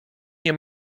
nie